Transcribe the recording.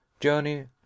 Journey